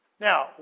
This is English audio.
Now